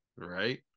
Right